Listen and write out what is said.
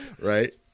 right